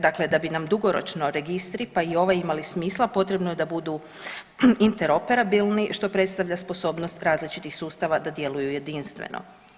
Dakle, da bi nam dugoročno registri pa i ovaj imali smisla potrebno je da budu interoperabilni, što predstavlja sposobnost različitih sustava da djeluju jedinstveno.